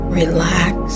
relax